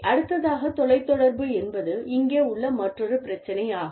அடுத்ததாக தொலைத்தொடர்பு என்பது இங்கே உள்ள மற்றொரு பிரச்சினை ஆகும்